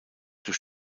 durch